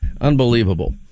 unbelievable